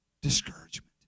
Discouragement